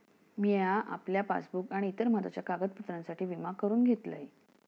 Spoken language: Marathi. मिया आपल्या पासबुक आणि इतर महत्त्वाच्या कागदपत्रांसाठी विमा करून घेतलंय